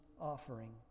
offering